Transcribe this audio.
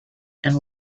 and